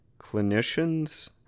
clinicians